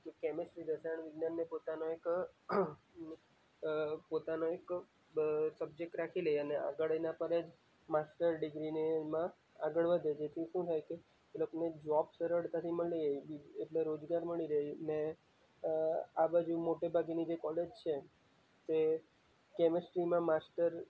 કે કેમેસ્ટ્રી રસાયણ વિજ્ઞાનને પોતાનો એક પોતાનો એક સબ્જેક્ટ રાખી લે અને આગળ એના પર જ માસ્ટર ડિગ્રીને એમાં આગળ વધે જેથી શું થાય કે એ લોકને જોબ સરળતાથી મળી જાય એટલે રોજગાર મળી રહે ને આ બાજુ મોટેભાગેની જે કોલેજ છે તે કેમેસ્ટ્રીમાં માસ્ટર